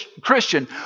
Christian